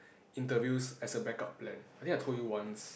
interviews as a back up plan I think I told you once